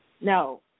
No